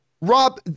Rob